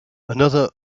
another